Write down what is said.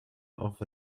off